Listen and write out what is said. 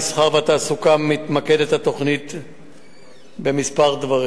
המסחר והתעסוקה התוכנית מתמקדת בכמה דברים: